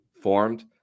formed